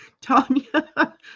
Tanya